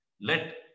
Let